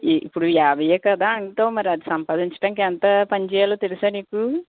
ఇప్పుడు యాభైయే కదా అంటావు మరీ అది సంపాదించడానికి ఎంత పని చెయ్యాలో తెలుసా నీకు